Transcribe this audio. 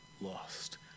lost